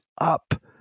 up